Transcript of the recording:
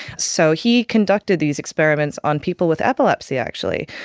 so he conducted these experiments on people with epilepsy actually.